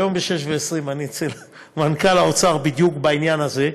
היום ב-18:20 אני אצל מנכ"ל האוצר בדיוק בעניין הזה,